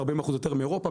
40% יותר מאירופה.